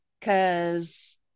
Cause